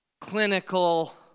clinical